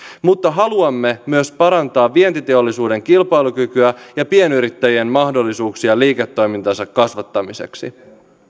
mutta haluamme myös parantaa vientiteollisuuden kilpailukykyä ja pienyrittäjien mahdollisuuksia liiketoimintansa kasvattamiseksi